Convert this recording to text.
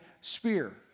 spear